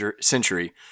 Century